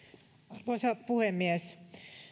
arvoisa puhemies